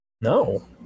No